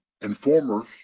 informers